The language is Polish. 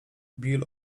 bill